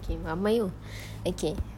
okay ramai itu okay